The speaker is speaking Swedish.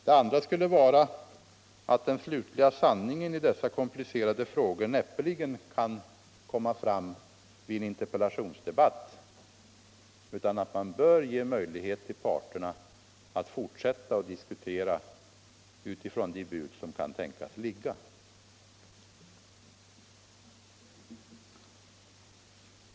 Den andra skulle vara att den slutliga sanningen i dessa komplicerade frågor näppeligen kan komma fram vid en interpellationsdebatt, utan att man bör ge möjligheter åt parterna att fortsätta diskutera utifrån de bud som kan tänkas ligga.